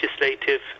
legislative